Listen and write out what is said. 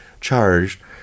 charged